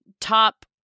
top